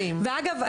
ואגב,